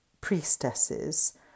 priestesses